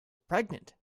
pregnant